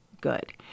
good